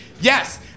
yes